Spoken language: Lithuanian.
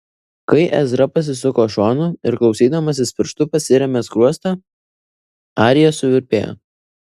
kai ezra pasisuko šonu ir klausydamasis pirštu pasirėmė skruostą arija suvirpėjo